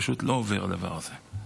פשוט לא עובר הדבר הזה.